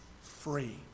free